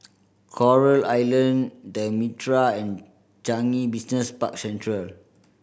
Coral Island The Mitraa and Changi Business Park Central